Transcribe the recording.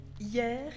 Hier